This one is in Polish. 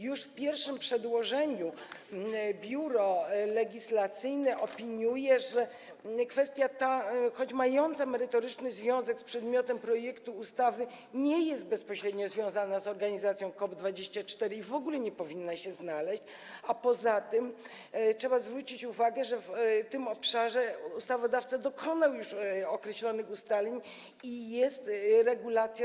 Już w pierwszym przedłożeniu Biuro Legislacyjne opiniuje, że kwestia ta, choć mająca merytoryczny związek z przedmiotem projektu ustawy, nie jest bezpośrednio związana z organizacją COP24 i w ogóle nie powinna się tu znaleźć, a poza tym trzeba zwrócić uwagę, że w tym obszarze ustawodawca dokonał już określonych ustaleń i jest regulacja z